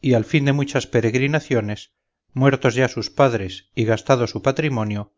y al fin de muchas peregrinaciones muertos ya sus padres y gastado su patrimonio